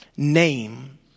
Name